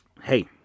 Hey